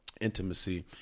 intimacy